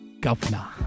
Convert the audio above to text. governor